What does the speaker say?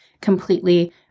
completely